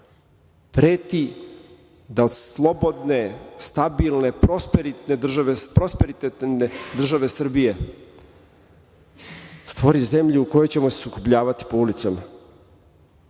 preti da od slobodne, stabilne, prosperitetne države Srbije stvori zemlju koja će vas sukobljavati po ulicama. Jel